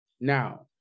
Now